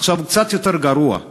עכשיו הוא קצת יותר גרוע.